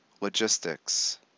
logistics